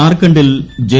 ഝാർഖണ്ഡിൽ J